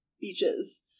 Beaches